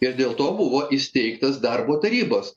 ir dėl to buvo įsteigtos darbo tarybos